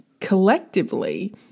collectively